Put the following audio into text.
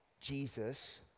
Jesus